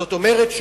זאת אומרת,